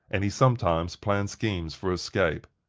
and he sometimes planned schemes for escape.